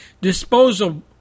disposal